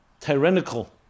tyrannical